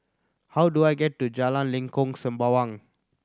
how do I get to Jalan Lengkok Sembawang